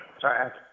Sorry